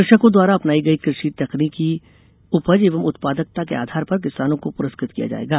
कृषकों द्वारा अपनाई गई कृषि तकनीक उपज एवं उत्पादकता के आधार पर किसानों को पुरस्कृत किया जायेगा